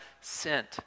sent